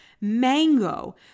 mango